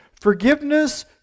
Forgiveness